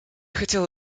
хотела